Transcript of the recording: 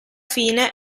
fine